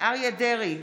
אריה מכלוף דרעי,